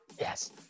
Yes